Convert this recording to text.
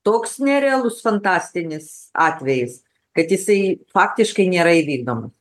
toks nerealus fantastinis atvejis kad jisai faktiškai nėra įvykdomas